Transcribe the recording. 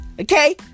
okay